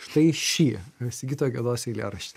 štai šį sigito gedos eilėraštį